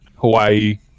Hawaii